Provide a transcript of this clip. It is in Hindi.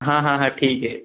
हाँ हाँ हाँ ठीक है